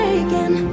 again